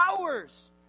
hours